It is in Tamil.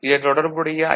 இதன் தொடர்புடைய ஐ